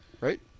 right